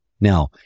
Now